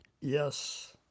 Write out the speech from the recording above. Yes